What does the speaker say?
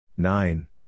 Nine